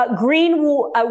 Green